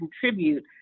contribute